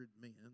men